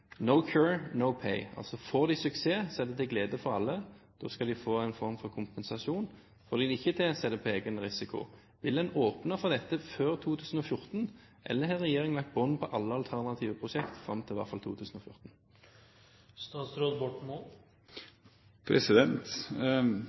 no pay», altså: Får de suksess, er det til glede for alle, da skal de få en form for kompensasjon, får de det ikke til, er det på egen risiko. Vil en åpne for dette før 2014, eller har regjeringen lagt bånd på alle alternative prosjekter fram til i hvert fall 2014?